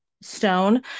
stone